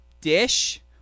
dish